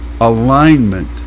alignment